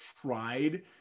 tried